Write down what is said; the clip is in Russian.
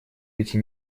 эти